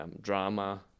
drama